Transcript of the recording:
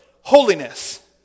Holiness